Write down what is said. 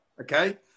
Okay